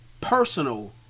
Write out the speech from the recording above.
personal